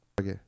Okay